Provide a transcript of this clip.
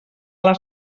les